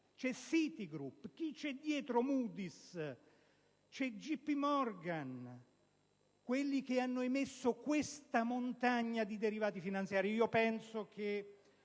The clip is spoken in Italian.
c'è Citigroup. Chi c'è dietro Moody's? C'è J.P. Morgan. Quelli che hanno emesso questa montagna di derivati finanziari. Ho presentato